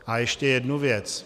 A ještě jedna věc.